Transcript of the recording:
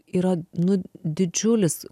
yra nu didžiulis